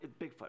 Bigfoot